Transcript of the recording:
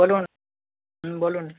বলুন হুম বলুন